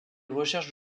recherches